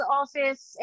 office